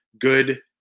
Good